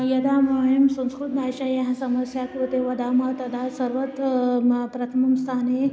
यदा वयं संस्कृतभाषायाः समस्याः कृते वदामः तदा सर्वत्र म प्रथमस्थाने